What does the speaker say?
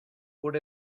por